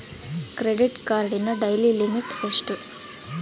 Credit ಕಾರ್ಡಿನ daily limit ಎಷ್ಟು?